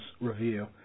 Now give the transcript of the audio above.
review